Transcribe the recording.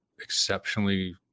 exceptionally